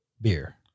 beer